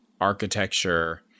architecture